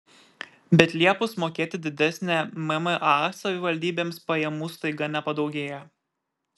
bet liepus mokėti didesnę mma savivaldybėms pajamų staiga nepadaugėja